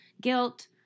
guilt